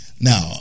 Now